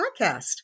podcast